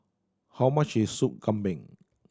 how much is Sup Kambing